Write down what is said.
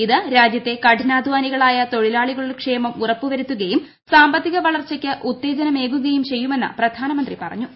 ഇത് രാജ്യത്തെ കഠിനാധ്വാനികളായ തൊഴിലാളികളുടെ ക്ഷേമം ഉറപ്പുവരുത്തുകയും സാമ്പത്തിക വളർച്ചയ്ക്ക് ഉത്തേജനമേകുകയും ചെയ്യുമെന്നു പ്രധാനമന്ത്രി പറഞ്ഞു